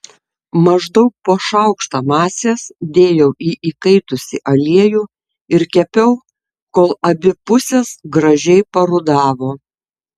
maždaug po šaukštą masės dėjau į įkaitusį aliejų ir kepiau kol abi pusės gražiai parudavo